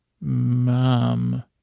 mom